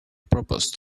proposed